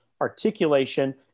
articulation